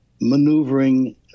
maneuvering